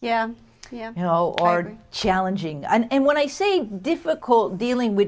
yeah yeah you know already challenging and when i say difficult dealing with